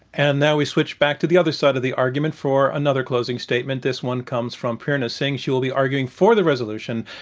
and now we switch back to the other side of the argument for another closing statement. this one comes from prerna sing. she will be arguing for the resolution,